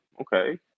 Okay